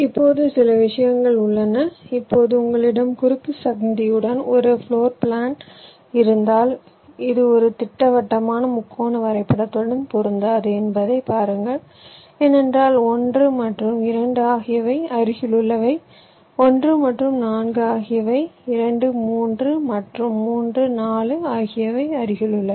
இப்போது சில விஷயங்கள் உள்ளன இப்போது உங்களிடம் குறுக்குச் சந்தியுடன் ஒரு பிளோர் பிளான் இருந்தால் இது ஒரு திட்டவட்டமான முக்கோண வரைபடத்துடன் பொருந்தாது என்பதைப் பாருங்கள் ஏனென்றால் 1 மற்றும் 2 ஆகியவை அருகிலுள்ளவை 1 மற்றும் 4 ஆகியவை 2 3 மற்றும் 3 4 ஆகியவை அருகிலுள்ளவை